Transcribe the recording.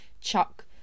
chuck